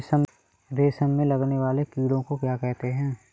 रेशम में लगने वाले कीड़े को क्या कहते हैं?